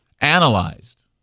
analyzed